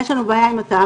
יש לנו בעיה עם התעריף,